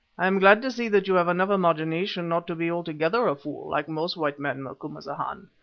i am glad to see that you have enough imagination not to be altogether a fool, like most white men, macumazahn.